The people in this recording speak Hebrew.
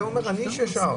אדם אומר: אני ישר,